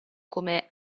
come